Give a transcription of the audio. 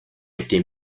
été